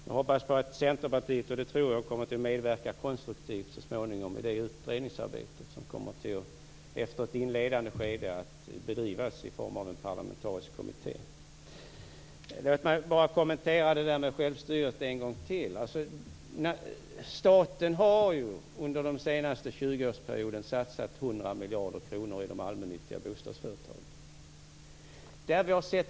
Jag hoppas att Centerpartiet, och det tror jag, så småningom kommer att medverka konstruktivt i det utredningsarbete som efter ett inledande skede kommer att bedrivas i form av en parlamentarisk kommitté. Låt mig bara kommentera självstyret en gång till. Staten har under den senaste 20-årsperioden satsat 100 miljarder kronor i de allmännyttiga bostadsföretagen.